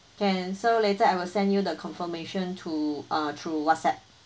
can so later I will send you the confirmation to uh through whatsapp